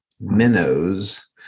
minnows